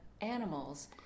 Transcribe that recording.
animals